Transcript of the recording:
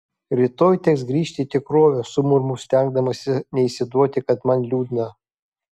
rytoj teks grįžti į tikrovę sumurmu stengdamasi neišsiduoti kad man liūdna